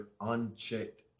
unchecked